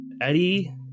Eddie